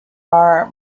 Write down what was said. are